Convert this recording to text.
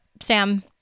Sam